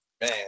Man